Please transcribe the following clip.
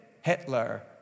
Hitler